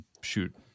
shoot